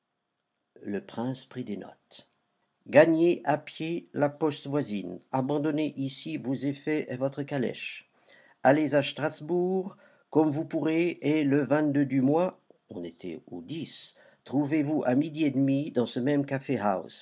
le prince prit des notes gagnez à pied la poste voisine abandonnez ici vos effets et votre calèche allez à strasbourg comme vous pourrez et le vingt-deux du mois on était au dix trouvez-vous à midi et demi dans ce même